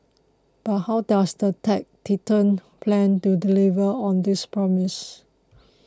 but how does the tech titan plan to deliver on this promise